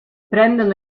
prendono